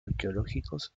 arqueológicos